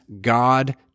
God